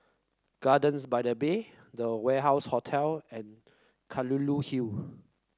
Gardens by the Bay The Warehouse Hotel and Kelulut Hill